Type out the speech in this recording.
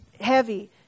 heavy